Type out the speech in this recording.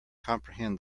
comprehend